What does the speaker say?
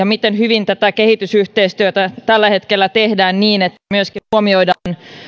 miten hyvin tätä kehitysyhteistyötä tällä hetkellä tehdään niin että myöskin huomioidaan